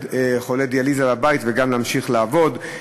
חולה דיאליזה בבית וגם להמשיך לעבוד.